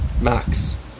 Max